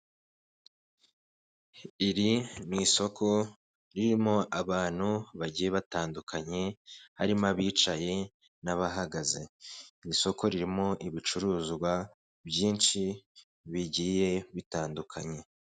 Iri ni isoko ririmo abantu bagiye batandukanye harimo abicaye n'abahagaze, iri soko ririmo ibicuruzwa byinshi bigiye bitandukanye.